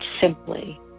simply